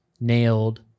nailed